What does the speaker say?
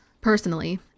personally